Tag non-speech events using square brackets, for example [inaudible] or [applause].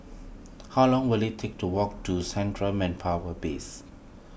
[noise] how long will it take to walk to Central Manpower Base